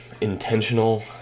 Intentional